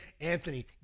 Anthony